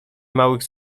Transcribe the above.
małych